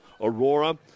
Aurora